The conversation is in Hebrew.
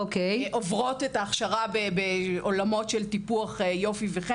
עוברות את ההכשרה בעולמות של טיפוח וחן.